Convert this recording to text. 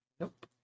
Nope